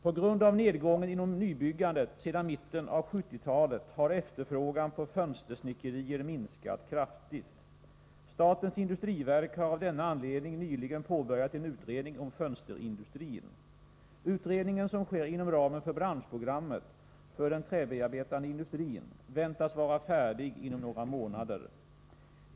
På grund av nedgången inom nybyggandet sedan mitten av 1970-talet har efterfrågan på fönstersnickerier minskat kraftigt. Statens industriverk har av denna anledning nyligen påbörjat en utredning om fönsterindustrin. Utredningen, som sker inom ramen för branschprogrammet för den träbearbetande industrin, väntas vara färdig inom några månader.